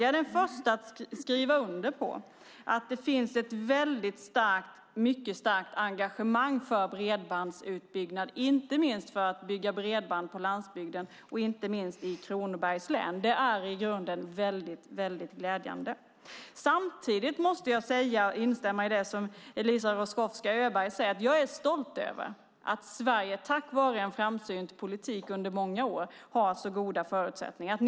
Jag är den första att skriva under på att det finns ett starkt engagemang för bredbandsutbyggnad på landsbygden, inte minst i Kronobergs län. Det är glädjande. Samtidigt instämmer jag i det Eliza Roszkowska Öberg säger. Jag är stolt över att Sverige tack vare en framsynt politik under många år har så goda förutsättningar.